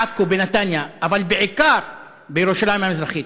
בעכו, בנתניה, אבל בעיקר בירושלים המזרחית.